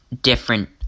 different